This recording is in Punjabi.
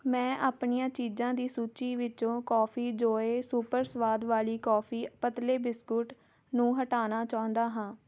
ਮੈਂ ਆਪਣੀਆਂ ਚੀਜ਼ਾਂ ਦੀ ਸੂਚੀ ਵਿੱਚੋਂ ਕੌਫੀ ਜੋਏ ਸੁਪਰ ਸਵਾਦ ਵਾਲੀ ਕੌਫੀ ਪਤਲੇ ਬਿਸਕੁਟ ਨੂੰ ਹਟਾਉਣਾ ਚਾਹੁੰਦਾ ਹਾਂ